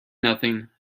nothing